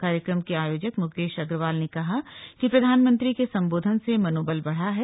कार्यक्रम के आयोजक मुकेश अग्रवाल ने कहा कि प्रधानमंत्री के संबोधन से मनोबल बढ़ा है